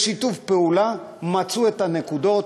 בשיתוף פעולה מצאו את הנקודות,